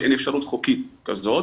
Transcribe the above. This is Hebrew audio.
אין אפשרות חוקית כזאת